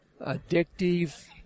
addictive